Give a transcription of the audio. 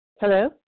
Hello